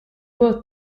both